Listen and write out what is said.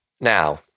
Now